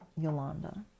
Yolanda